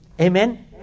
Amen